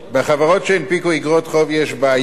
בחברות שהנפיקו איגרות חוב יש בעיות,